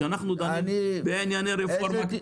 כשאנחנו דנים בענייני רפורמה,